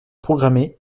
programmée